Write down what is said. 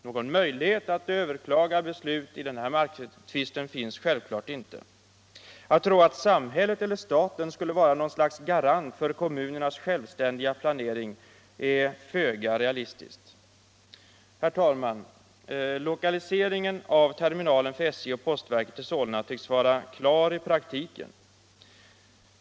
Någon möjlighet att överklaga beslut i den här marktvisten finns självfallet inte. Att tro att samhället eller staten skulle vara något slags garant för kommunernas självständiga planering är föga realistiskt. Herr talman! Lokaliseringen av terminalen för SJ och postverket till Solna tycks vara klar i praktiken.